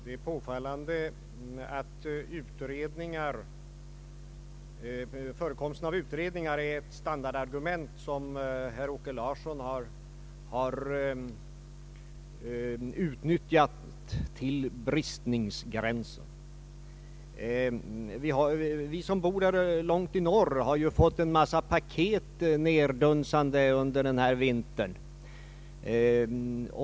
Herr talman! Det är påfallande att förekomsten av utredningar är ett standardargument som herr Åke Larsson har utnyttjat till bristningsgränsen. Vi som bor långt i norr har ju fått en massa ”paket” neddunsande under denna vinter.